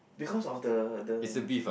because of the the